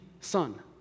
son